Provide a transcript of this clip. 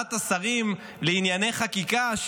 וועדת השרים לענייני חקיקה,